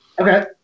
Okay